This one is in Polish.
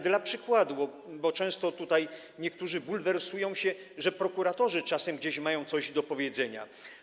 Dla przykładu, bo tutaj często niektórzy bulwersują się, że prokuratorzy czasem gdzieś mają coś do powiedzenia.